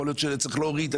יכול להיות שצריך להוריד.